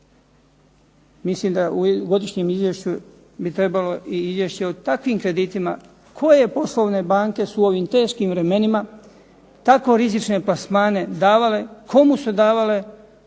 mislim da u godišnjem izvješću bi trebalo i izvješće o takvim kreditima koje su poslovne banke su u ovim teškim vremenima tako rizične plasmane davale, komu su davale,